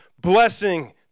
blessing